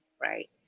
right